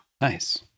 Nice